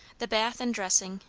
the bath and dressing,